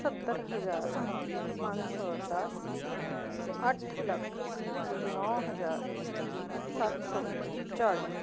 ਸੱਤਰ ਹਜ਼ਾਰ ਪੰਜ ਸੌ ਦਸ ਅੱਠ ਲੱਖ ਨੌ ਹਜ਼ਾਰ ਸੱਤ ਸੌ ਚਾਲ੍ਹੀ